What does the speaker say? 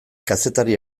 kazetari